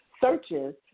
searches